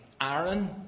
Aaron